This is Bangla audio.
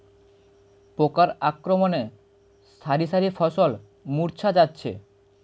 পোকার আক্রমণে শারি শারি ফসল মূর্ছা যাচ্ছে